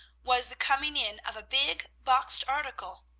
was the coming in of a big boxed article,